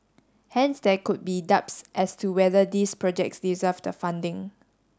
hence there could be doubts as to whether these projects deserved the funding